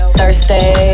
Thursday